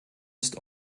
ist